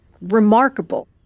remarkable